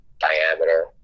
diameter